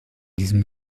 diesem